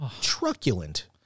Truculent